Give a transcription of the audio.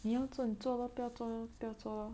你要做你做 loh 不要做就不要做 loh